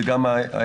זה גם ההיטל,